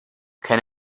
can